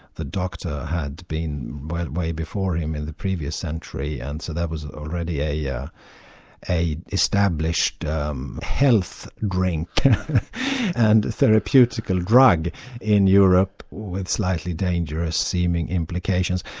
the doctor, had been but way before him in the previous century, and so that was already ah yeah an established um health drink and therapeutical drug in europe, with slightly dangerous-seeming implications.